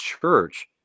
church